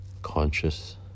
conscious